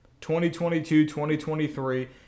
2022-2023